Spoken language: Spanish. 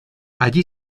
allí